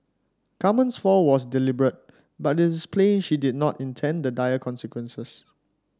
Carmen's fall was deliberate but it is plain she did not intend the dire consequences